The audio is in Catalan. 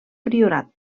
priorat